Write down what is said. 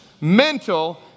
mental